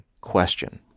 question